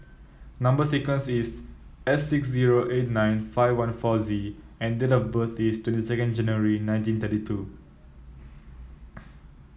number sequence is S six zero eight nine five one four Z and date of birth is twenty second January nineteen thirty two